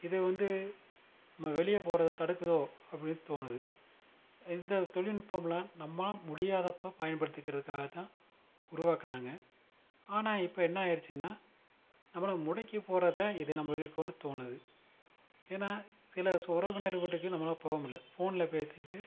இது வந்து நம்ம வெளியே போகிறத தடுக்குதோ அப்படின்னு தோணுது இந்த தொழில்நுட்பம்லாம் நம்மளால் முடியாதப்போ பயன்படுத்திக்கிறதுக்காக தான் உருவாக்குனாங்கள் ஆனால் இப்போ என்ன ஆயிருச்சுனால் நம்மளை முடக்கிப்போட தான் இது நம்மளுக்கு இருக்கோம்னு தோணுது ஏன்னா சில உறவினர்கள் வீட்டுக்கு நம்மளால் போகமுடியல ஃபோன்ல பேசிகிட்டு